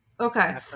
Okay